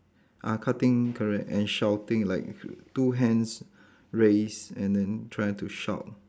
ah cutting correct and shouting like two hands raised and then try to shout